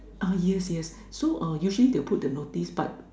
uh yes yes so uh usually they would put the notice but